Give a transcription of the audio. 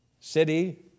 city